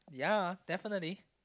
yea definitely